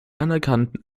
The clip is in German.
anerkannten